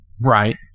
Right